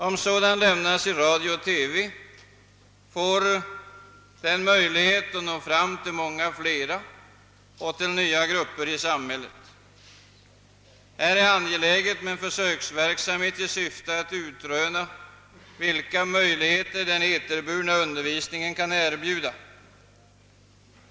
Om sådan lämnas i radio och TV får man möjlighet att nå fram till flera, till nya grupper i samhället. Det är angeläget med försöksverksamhet i syfte att utröna vilka möjligheter den eterburna undervisningen kan erbjuda.